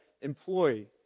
employee